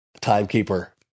timekeeper